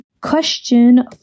Question